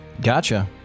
Gotcha